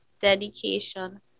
dedication